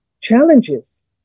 challenges